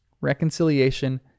reconciliation